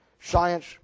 Science